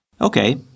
Okay